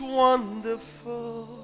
wonderful